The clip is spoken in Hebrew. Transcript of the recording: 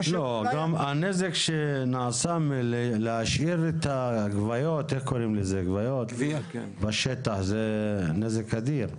הנזק שנעשה מלהשאיר את הגוויות בשטח זה נזק אדיר.